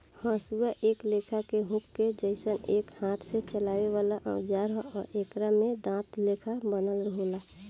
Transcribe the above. हसुआ एक लेखा के हुक के जइसन एक हाथ से चलावे वाला औजार ह आ एकरा में दांत लेखा बनल होला